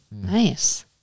nice